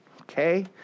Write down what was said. Okay